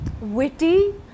witty